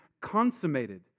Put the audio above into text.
consummated